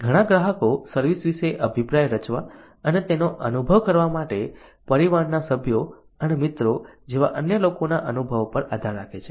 ઘણા ગ્રાહકો સર્વિસ વિશે અભિપ્રાય રચવા અને તેનો અનુભવ કરવા માટે પરિવારના સભ્યો અને મિત્રો જેવા અન્ય લોકોના અનુભવ પર આધાર રાખે છે